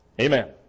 Amen